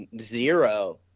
Zero